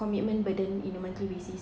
commitment burden in a monthly basis